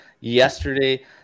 yesterday